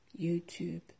YouTube